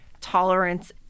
tolerance